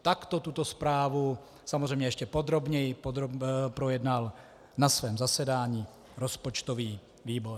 Takto tuto zprávu, samozřejmě ještě podrobněji, projednal na svém zasedání rozpočtový výbor.